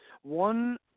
One